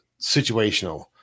situational